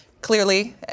clearly